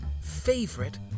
favorite